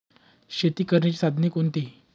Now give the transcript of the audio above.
शेती करण्याची साधने कोणती?